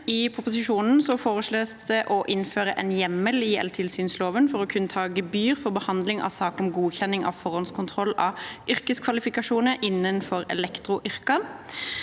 I proposisjonen foreslås det å innføre en hjemmel i el-tilsynsloven for å kunne ta gebyr for behandling av saker om godkjenning og forhåndskontroll av yrkeskvalifikasjoner innenfor elektroyrkene.